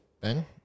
Ben